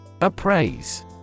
Appraise